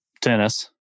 tennis